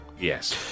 Yes